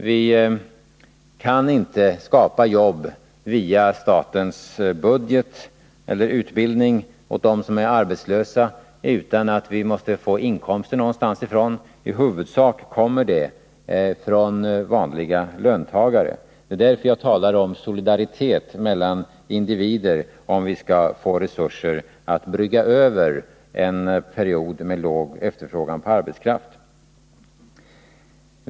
Vi kan inte skapa jobb eller utbildning åt dem som är arbetslösa via statsbudgeten utan att vi får inkomster någonstans ifrån —-i huvudsak kommer de från vanliga löntagare. Det är därför jag talar om solidaritet mellan individer om vi skall få resurser att brygga över en period med låg efterfrågan på arbetskraft.